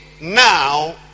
now